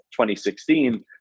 2016